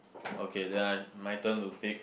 okay then I my turn to pick